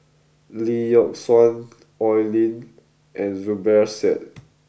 Lee Yock Suan Oi Lin and Zubir Said